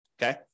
Okay